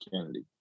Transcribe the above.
Kennedy